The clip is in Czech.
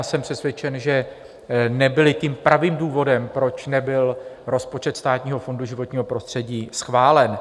Jsem přesvědčen, že nebyly tím pravým důvodem, proč nebyl rozpočet Státního fondu životního prostředí schválen.